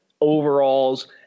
overalls